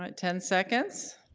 um ten seconds.